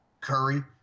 Curry